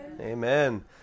Amen